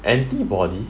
antibody